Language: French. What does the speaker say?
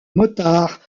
motards